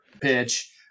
pitch